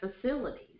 facilities